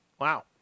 Wow